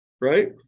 Right